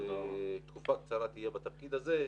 תקופה קצרה תהיה בתפקיד הזה,